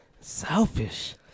Selfish